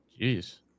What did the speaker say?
jeez